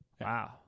Wow